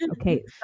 Okay